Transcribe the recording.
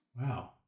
Wow